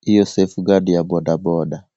hiyo safeguard ya bodaboda.